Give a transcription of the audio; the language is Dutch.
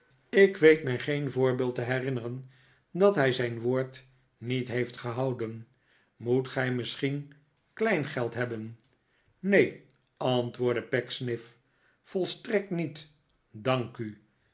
ik weet mij geen voorbeeld te herinneren dat hij zijn woord niet heeft gehouden moet gij misschien klein geld hebben neen antwoordde pecksniff volstrekt niet dank u